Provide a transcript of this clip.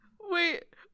Wait